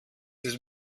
ist